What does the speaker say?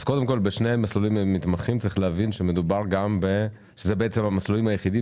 ושני מסלולים מתמחים הם המסלולים היחידים